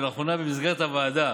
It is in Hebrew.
ולאחרונה במסגרת הוועדה